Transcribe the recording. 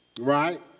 right